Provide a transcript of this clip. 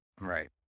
Right